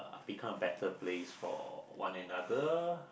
become a better place for one another